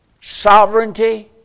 sovereignty